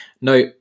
Now